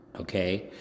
okay